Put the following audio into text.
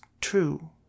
true